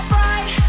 right